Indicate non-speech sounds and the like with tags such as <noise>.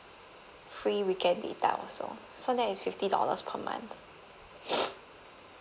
free weekend data also so that is fifty dollars per month <noise>